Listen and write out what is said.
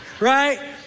right